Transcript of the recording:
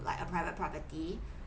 like a private property